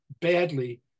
badly